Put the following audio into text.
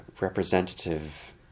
representative